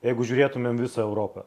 jeigu žiūrėtumėm visą europą